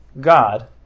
God